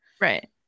Right